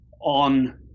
on